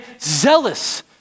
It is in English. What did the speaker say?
zealous